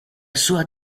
sua